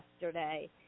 Yesterday